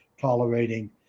tolerating